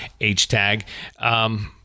HTAG